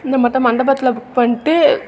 இந்த மட்டோம் மண்டபத்தில் புக் பண்ணிட்டு